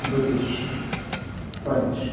British France